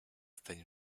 stati